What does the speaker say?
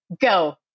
Go